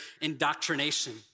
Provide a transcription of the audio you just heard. indoctrination